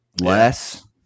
less